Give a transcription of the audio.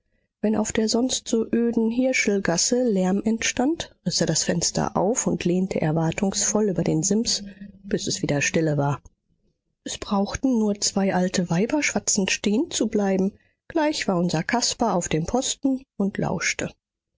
wenn auf der sonst so öden hirschelgasse lärm entstand riß er das fenster auf und lehnte erwartungsvoll über den sims bis es wieder stille war es brauchten nur zwei alte weiber schwatzend stehenzubleiben gleich war unser caspar auf dem posten und lauschte